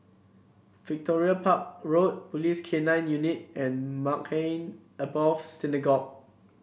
Victoria Park Road Police K Nine Unit and Maghain Aboth Synagogue